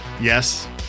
yes